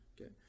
okay